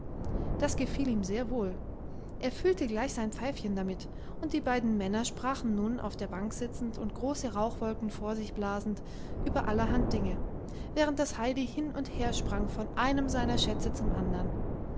das gefiel ihm sehr wohl er füllte gleich sein pfeifchen damit und die beiden männer sprachen nun auf der bank sitzend und große rauchwolken von sich blasend über allerhand dinge während das heidi hin und her sprang von einem seiner schätze zum andern